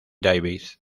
david